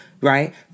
right